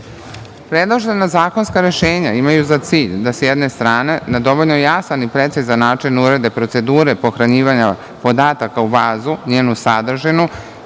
terorizma. Predložena zakonska rešenja imaju za cilj da, sa jedne strane, na dovoljno jasan i precizan način urede procedure pothranjivanja podataka u bazu, njenu sadržinu,